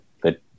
good